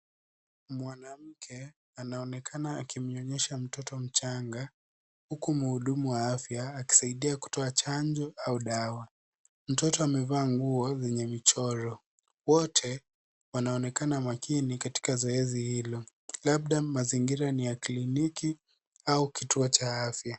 Mwanamke anaonekana akimnyonyesha mtoto mchanga, huku mhudumu wa afya akimsaidia kumpa chanjo au dawa. Mtoto amevaa nguo zenye michoro. Wote wanaonekana makini katika zoezi hilo. Labda mazingira ni ya kliniki au kituo cha afya.